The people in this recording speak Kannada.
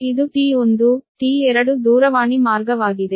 ಆದ್ದರಿಂದ ಇದು T1T2 ದೂರವಾಣಿ ಮಾರ್ಗವಾಗಿದೆ